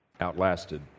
outlasted